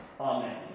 Amen